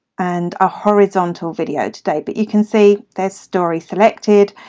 and a horizontal video today, but you can see, there's story selected,